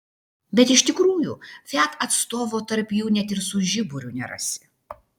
bet iš tikrųjų fiat atstovo tarp jų net su žiburiu nerasi